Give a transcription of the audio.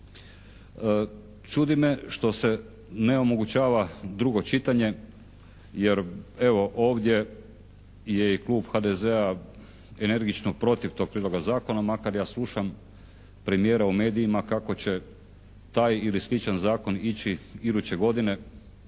Čudi me što se ne omogućava drugo čitanje jer evo ovdje je i klub HDZ-a energično protiv tog prijedloga zakona makar ja slušam premijera u medijima kako će taj ili sličan zakon ići iduće godine